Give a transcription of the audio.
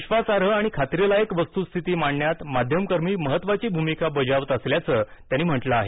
विश्वासार्ह आणि खात्रीलायक वस्तुस्थिती मांडण्यात माध्यमकर्मी महत्त्वाची भूमिका बजावत असल्याचं त्यांनी म्हटलं आहे